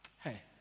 Hey